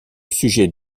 sujet